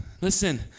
Listen